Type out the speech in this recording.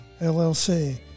LLC